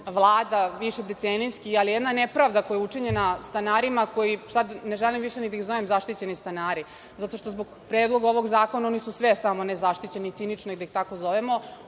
vlada, višedecenijski. Jedna nepravda koja je učinjena stanarima koji, ne želim više ni da ih zovem zaštićeni stanari, zato što zbog predloga ovog zakona oni su sve samo ne zaštićeni, cinično je da ih tako zovemo,